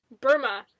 Burma